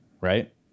right